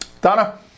Donna